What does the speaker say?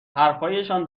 حرفهایشان